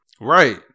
Right